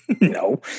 No